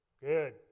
Good